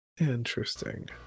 Interesting